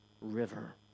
river